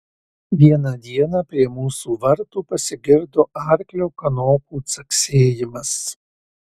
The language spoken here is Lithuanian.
vieną dieną prie mūsų vartų pasigirdo arklio kanopų caksėjimas